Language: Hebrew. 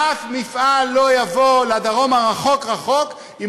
ואף מפעל לא יבוא לדרום הרחוק-רחוק אם